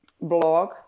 blog